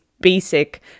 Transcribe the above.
basic